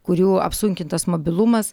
kurių apsunkintas mobilumas